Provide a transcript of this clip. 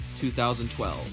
2012